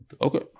Okay